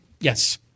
Yes